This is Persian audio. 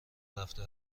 رفته